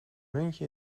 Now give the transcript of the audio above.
muntje